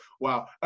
Wow